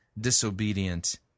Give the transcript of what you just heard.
disobedient